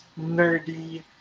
nerdy